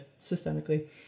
systemically